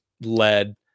led